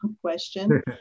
question